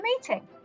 meeting